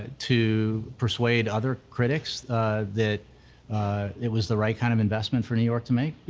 to persuade other critics that it was the right kind of investment for new york to make,